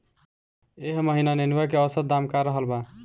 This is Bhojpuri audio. एह महीना नेनुआ के औसत दाम का रहल बा?